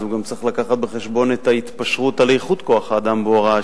הוא גם צריך להביא בחשבון את ההתפשרות על איכות כוח-האדם בהוראה,